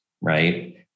right